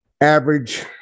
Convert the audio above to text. average